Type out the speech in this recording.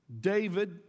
David